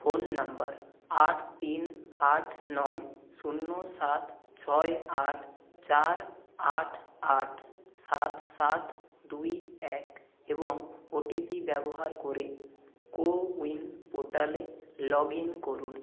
phone number আট তিন আট নয় শূন্য সাত ছয় আট চার আট আট সাত সাত দুই এক এবং ওটিপি ব্যবহার করে কো উইন পোর্টালে লগইন করুন